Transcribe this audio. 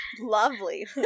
lovely